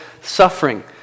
suffering